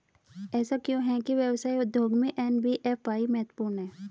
ऐसा क्यों है कि व्यवसाय उद्योग में एन.बी.एफ.आई महत्वपूर्ण है?